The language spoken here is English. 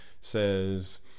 says